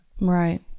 Right